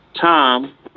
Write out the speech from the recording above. Tom